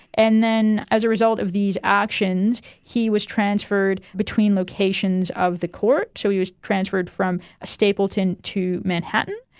and then as a result of these actions he was transferred between locations of the court, so he was transferred from stapleton to manhattan.